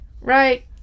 Right